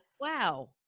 wow